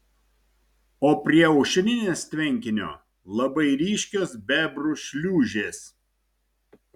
o prie aušrinės tvenkinio labai ryškios bebrų šliūžės